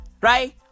Right